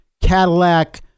Cadillac